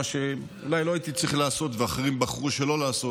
שאולי לא הייתי צריך לעשות ואחרים בחרו שלא לעשות,